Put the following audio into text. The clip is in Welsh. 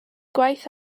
gwaith